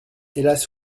hélas